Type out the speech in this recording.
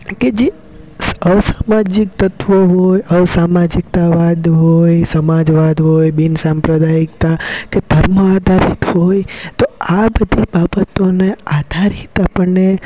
કે જે અસામાજિક તત્ત્વો હોય અસામાજીકતાવાદ હોય સમાજવાદ હોય બિનસાંપ્રદાયિકતા કે ધર્મ આધારિત હોય તો આ બધી બાબતોને આધારિત આપણને